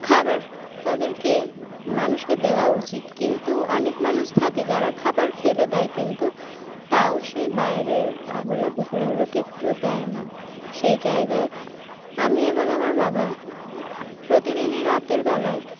খাবার তাদেরকে মানুষকে দেওয়া উচিত কিন্তু অনেক মানুষ থাকে যারা খাবার ফেলে দেয় কিন্তু তাও সে বাইরের অবলা কুকুরগুলোকে একটুও দেয় না সেই জায়গায় আমি এবং আমার বাবা প্রতিদিনই রাতের বেলায়